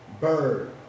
Bird